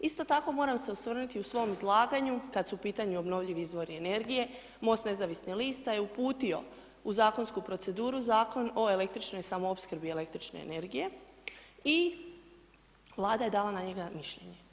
Isto tako moram se osvrnuti u svom izlaganju kad su u pitanju obnovljivi izvori energije MOST nezavisnih lista je uputio u zakonsku proceduru Zakon o električnoj samoopskrbi električne energije, i Vlada je dala na njega mišljenje.